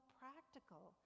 practical